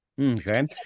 Okay